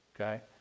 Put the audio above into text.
okay